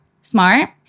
smart